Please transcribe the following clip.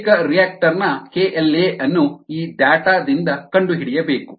ಜೈವಿಕರಿಯಾಕ್ಟರ್ ನ KLa ಅನ್ನು ಈ ಡೇಟಾ ದಿಂದ ಕಂಡುಹಿಡಿಯಬೇಕು